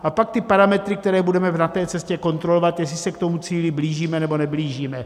A pak ty parametry, které budeme na té cestě kontrolovat, jestli se k tomu cíli blížíme, nebo neblížíme.